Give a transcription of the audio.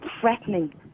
threatening